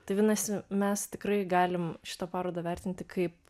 didintai vadinasi mes tikrai galim šitą parodą vertinti kaip